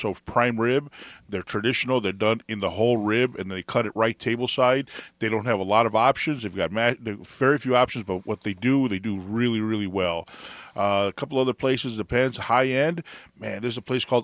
for prime rib there traditional they're done in the whole rib and they cut it right table side they don't have a lot of options if you have matt very few options but what they do they do really really well couple other places the pads high end and there's a place called